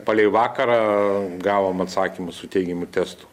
palei vakarą gavom atsakymus su teigiamu testu